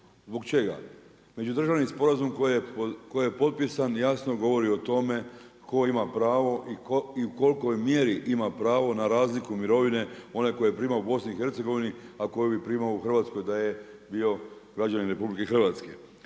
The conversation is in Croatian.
zbog čega? Međudržavni sporazum koji je potpisan jasno govori o tome, tko ima pravo i u kolikoj mjeri ima pravo na razliku mirovine onaj tko je prima u Bosni i Hercegovini, a koji bi primao u Hrvatskoj, da je bio građanin RH.